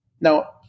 Now